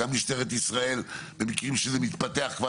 גם משטרת ישראל במקרים שזה מתפתח כבר